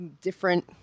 different